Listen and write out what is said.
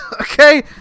okay